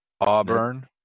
Auburn